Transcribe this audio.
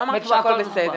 לא אמרתי שהכול בסדר.